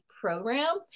program